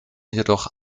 jedoch